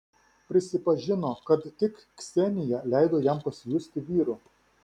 prisipažino kad tik ksenija leido jam pasijusti vyru